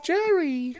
Jerry